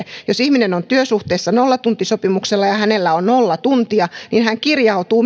jos ihminen on työsuhteessa nollatuntisopimuksella ja hänellä on nolla tuntia niin hän kirjautuu